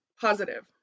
positive